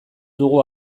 dugu